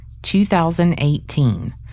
2018